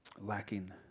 lacking